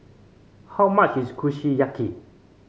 how much is Kushiyaki